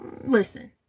listen